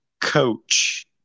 coach